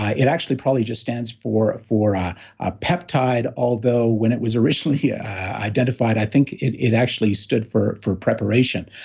it actually probably just stands for for ah ah peptide, although, when it was originally yeah identified, i think it it actually stood for for preparation.